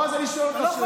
בועז, אני שואל אותך שאלה.